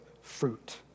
fruit